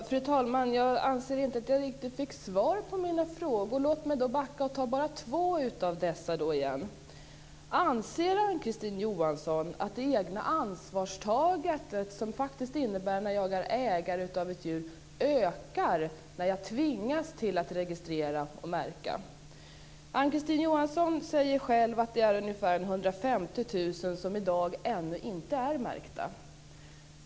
Fru talman! Jag anser att jag inte riktigt fick svar på mina frågor. Men då backar jag tillbaka och upprepar två av dem. Anser Ann-Kristine Johansson att det egna ansvarstagandet ökar när man som ägare av en hund tvingas till att registrera och märka? Ann-Kristine Johansson säger att det är ca 150 000 hundar som i dag inte är märkta.